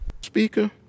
Speaker